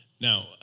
Now